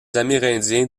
amérindiens